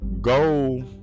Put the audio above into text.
go